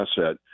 asset